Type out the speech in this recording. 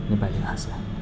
नेपाली भाषा